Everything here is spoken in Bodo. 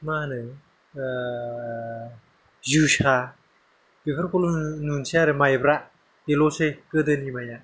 माहोनो जोसा बेफोरखौल' नुनसै आरो माइब्रा बेलसै गोदोनि माइया